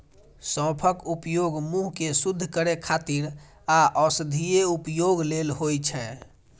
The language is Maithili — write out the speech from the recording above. सौंफक उपयोग मुंह कें शुद्ध करै खातिर आ औषधीय उपयोग लेल होइ छै